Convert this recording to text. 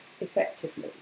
effectively